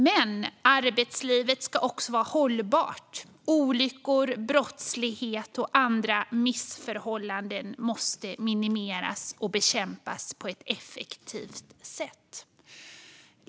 Men arbetslivet ska också vara hållbart. Olyckor, brottslighet och andra missförhållanden måste minimeras och bekämpas på ett effektivt sätt.